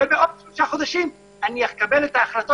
ובעוד שלושה חודשים אני אקבל את ההחלטות